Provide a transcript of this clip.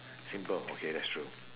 simple okay that's true